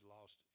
lost